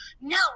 No